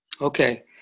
Okay